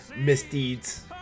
misdeeds